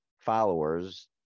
followers